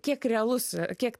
kiek realus yra kiek